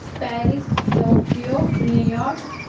Paris Tokyo New York